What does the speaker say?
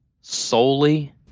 solely